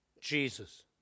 Jesus